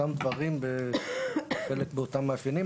אותם דברים ובחלקם אותם מאפיינים.